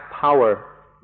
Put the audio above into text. power